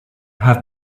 have